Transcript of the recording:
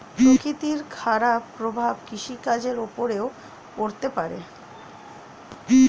প্রকৃতির খারাপ প্রভাব কৃষিকাজের উপরেও পড়তে পারে